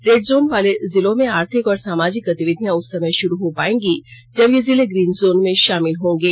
red zone वाले जिलों में आर्थिक और सामाजिक गतिविधियां उस समय षुरू हो पायेंगी जब ये जिले ग्रीन जोन में षामिल होंगे